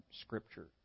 Scripture